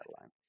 line